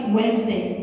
Wednesday